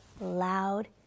loud